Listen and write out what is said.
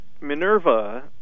Minerva